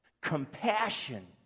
Compassion